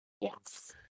Yes